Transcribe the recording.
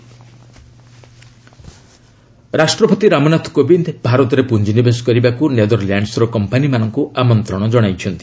ପ୍ରେଜ୍ ନେଦରଲ୍ୟାଣ୍ଡସ ରାଷ୍ଟ୍ରପତି ରାମନାଥ କୋବିନ୍ଦ ଭାରତରେ ପୁଞ୍ଜିନିବେଶ କରିବାକୁ ନେଦରଲ୍ୟାଣ୍ଡସର କମ୍ପାନୀମାନଙ୍କୁ ଆମନ୍ତ୍ରଣ ଜଣାଇଛନ୍ତି